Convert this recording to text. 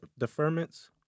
deferments